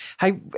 hey